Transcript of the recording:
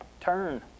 Turn